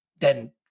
Then